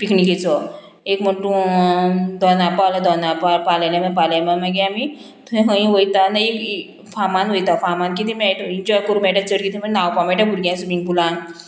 पिकनिकेचो एक म्हण तूं दोना पावल दोना पाव पालोलें मागीर पालेलें मागीर मागीर आमी थंय खंयी वयता आनी फामान वयता फामान किदें मेळटा एन्जॉय करूं मेळटा चड कितें न्हांवपा मेळटा भुरग्यांक स्विमींग पुलान